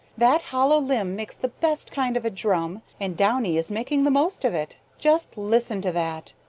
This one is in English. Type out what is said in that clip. that hollow limb makes the best kind of a drum and downy is making the most of it. just listen to that!